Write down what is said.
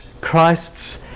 Christ's